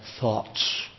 thoughts